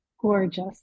gorgeous